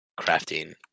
crafting